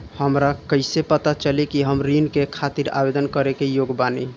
हमरा कइसे पता चली कि हम ऋण के खातिर आवेदन करे के योग्य बानी?